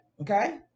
Okay